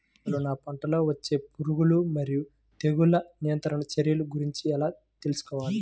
అసలు నా పంటలో వచ్చే పురుగులు మరియు తెగులుల నియంత్రణ చర్యల గురించి ఎలా తెలుసుకోవాలి?